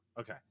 Okay